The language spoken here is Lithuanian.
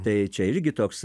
tai čia irgi toks